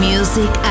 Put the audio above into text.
Music